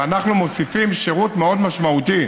ואנחנו מוסיפים שירות מאוד משמעותי